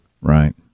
right